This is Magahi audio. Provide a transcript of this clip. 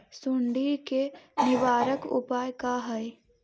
सुंडी के निवारक उपाय का हई?